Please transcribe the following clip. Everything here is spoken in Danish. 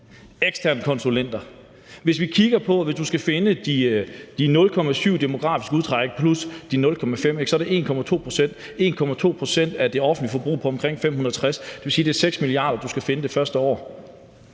eksterne konsulenter. Hvis du skal finde de 0,7 pct. i demografisk træk plus de 0,5 pct., så er det 1,2 pct. af det offentlige forbrug på omkring 560 mia. kr. Det vil sige, at det er 6 mia. kr., du skal finde det første år.